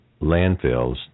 landfills